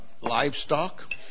livestock